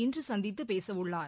இன்று சந்தித்தப் பேச உள்ளார்